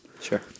Sure